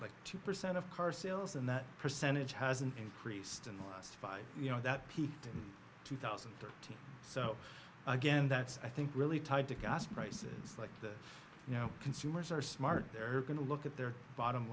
like two percent of car sales and that percentage hasn't increased in the last five you know that peaked in two thousand and thirteen so again that's i think really tied to gas prices like this you know consumers are smart they're going to look at their bottom